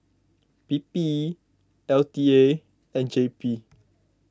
P P L T A and J P